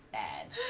and